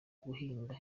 guhinga